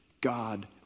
God